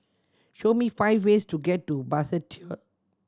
show me five ways to get to Basseterre